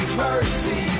mercy